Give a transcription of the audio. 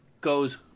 goes